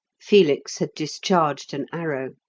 felix had discharged an arrow.